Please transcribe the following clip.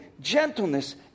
gentleness